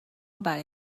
برای